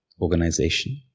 organization